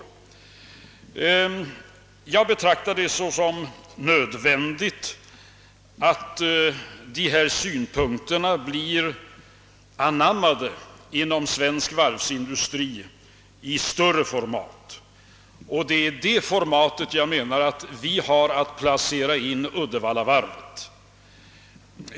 Jag betraktar det såsom nödvändigt att samma synpunkter anammas inom svensk varvsindustri i större sammanhang, och det är i det sammanhanget jag menar att man bör placera in Uddevallavarvet.